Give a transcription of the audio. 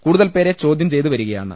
കൂടുതൽ പേരെ ചോദ്യം ചെയ്ത് വരികയാണ്